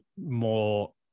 more